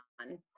on